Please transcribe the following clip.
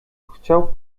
chciał